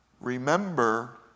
remember